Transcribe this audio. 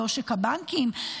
בעושק הבנקים,